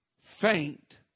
Faint